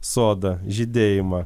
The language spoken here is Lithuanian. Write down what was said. sodą žydėjimą